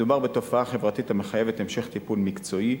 מדובר בתופעה חברתית המחייבת המשך טיפול מקצועי,